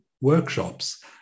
workshops